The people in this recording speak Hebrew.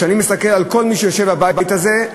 כשאני מסתכל על כל מי שיושב בבית הזה,